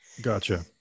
Gotcha